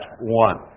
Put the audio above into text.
one